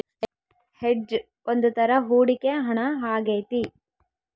hedge ಒಂದ್ ತರ ಹೂಡಿಕೆ ಹಣ ಆಗೈತಿ